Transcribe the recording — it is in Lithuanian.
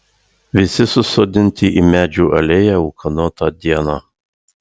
visi susodinti į medžių alėją ūkanotą dieną